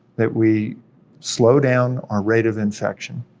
that we slow down our rate of infection,